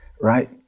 right